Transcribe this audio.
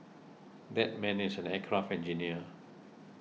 that man is an aircraft engineer